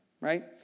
Right